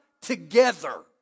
together